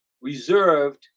reserved